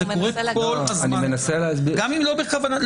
זה קורה כל הזמן, גם אם לא בכוונה.